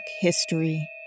history